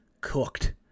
cooked